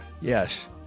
yes